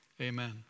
Amen